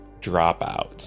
dropout